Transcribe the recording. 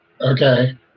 Okay